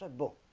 bull